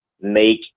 make